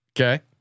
Okay